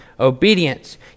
obedience